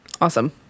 Awesome